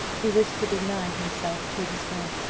he wished to deny himself to his friend.